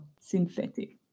synthetic